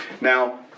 Now